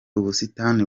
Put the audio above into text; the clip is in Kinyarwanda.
ubusitani